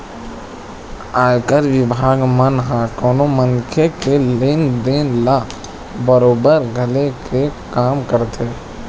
आयकर बिभाग मन ह कोनो मनखे के लेन देन ल बरोबर खंघाले के काम करथे